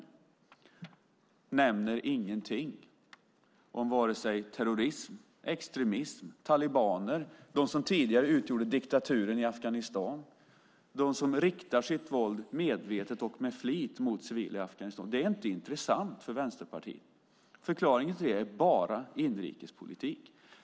Men man säger ingenting om vare sig terrorism, extremism, talibaner, dem som tidigare utgjorde diktaturen i Afghanistan, dem som riktar sitt våld medvetet och med flit mot civila. Det är inte intressant för Vänsterpartiet. Förklaringen till det är bara inrikespolitik.